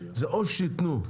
זה או שיתנו,